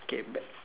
okay back